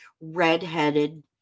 redheaded